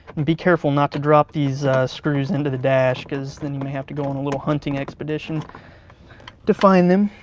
be careful not to drop these screws into the dash, because then you may have to go on a little hunting expedition to find them.